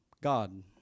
God